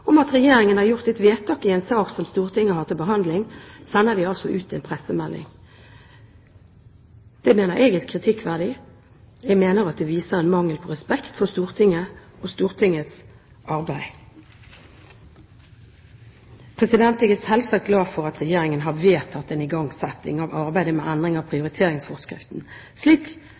om at Regjeringen har gjort et vedtak i en sak som Stortinget har til behandling, sender de altså ut en pressemelding. Det mener jeg er kritikkverdig. Jeg mener at det viser en mangel på respekt for Stortinget og Stortingets arbeid. Jeg er selvsagt glad for at Regjeringen har vedtatt en igangsetting av arbeid med endring av prioriteringsforskriften slik